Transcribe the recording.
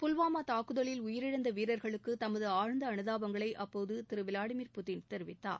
புல்வாமா தாக்குதலில் உயிரிழந்த வீரர்களுக்கு தனது ஆழ்ந்த அனுதாபங்களை அப்போது திரு விளாடிமீர் புட்டின் தெரிவித்தார்